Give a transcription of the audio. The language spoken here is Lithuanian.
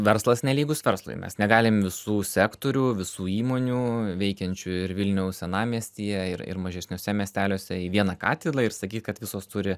verslas nelygus verslui mes negalim visų sektorių visų įmonių veikiančių ir vilniaus senamiestyje ir ir mažesniuose miesteliuose į vieną katilą ir sakyt kad visos turi